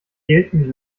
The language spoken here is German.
gelten